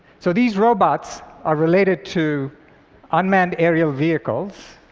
so these robots are related to unmanned aerial vehicles.